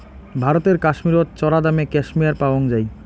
ভারতের কাশ্মীরত চরাদামে ক্যাশমেয়ার পাওয়াং যাই